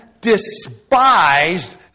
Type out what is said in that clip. despised